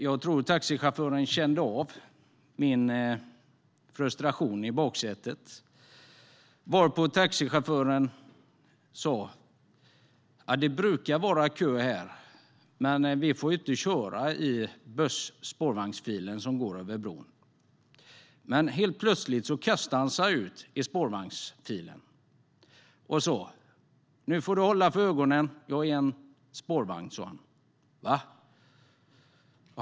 Jag tror att taxichauffören kände av min frustration i baksätet, varpå han sa att det brukar vara kö vid bron men att taxi inte får köra i buss och spårvagnsfilen som går över bron. Men helt plötsligt kastade sig chauffören ut i spårvagnsfilen. Nu sa han att jag skulle hålla för ögonen eftersom han nu var en spårvagn. Va!